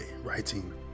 writing